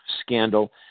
scandal